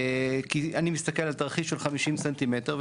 כי אני מסתכל על תרחיש של 50 סנטימטר,